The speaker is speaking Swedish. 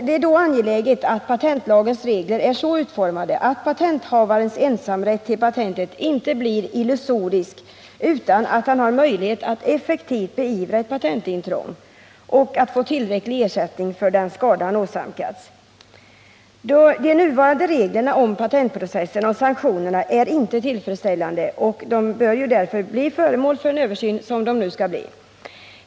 Det är därför angeläget att patentlagens regler är så utformade att patenthavarens ensamrätt till patentet inte blir illusorisk utan att han har möjlighet att effektivt beivra ett patentintrång och få tillräcklig ersättning för den skada han åsamkats. De nuvarande reglerna om patentprocessen och sanktionerna är inte tillfredsställande, och de bör därför bli föremål för en sådan översyn som nu skall komma till stånd.